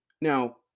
Now